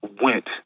went